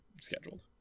scheduled